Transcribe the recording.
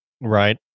Right